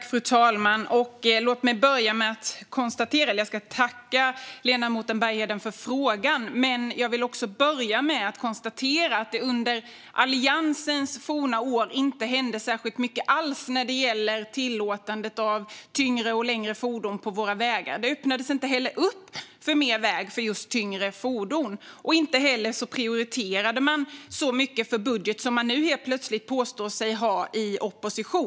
Fru talman! Jag vill tacka ledamoten Bergheden för frågan, men jag vill börja med att konstatera att det under alliansregeringen inte hände särskilt mycket alls när det gäller tillåtande av tyngre och längre fordon på våra vägar. Man öppnade inte heller för mer väg för just tyngre fordon. Inte heller prioriterade man så mycket i sin budget som man nu i opposition plötsligt påstår sig göra.